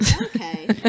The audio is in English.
Okay